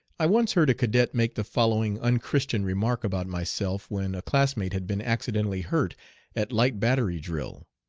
i once heard a cadet make the following unchristian remark about myself when a classmate had been accidentally hurt at light-battery drill